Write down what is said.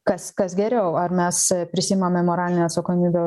kas kas geriau ar mes prisiimame moralinę atsakomybę